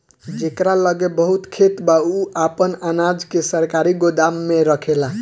जेकरा लगे बहुत खेत बा उ आपन अनाज के सरकारी गोदाम में रखेला